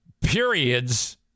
periods